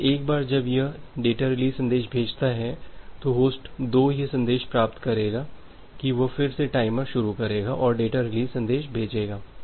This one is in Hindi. इसलिए एक बार जब यह एक डेटा रिलीज़ संदेश भेजता है तो होस्ट 2 यह संदेश प्राप्त करेगा कि वह फिर से टाइमर शुरू करेगा और डेटा रिलीज़ संदेश भेजेगा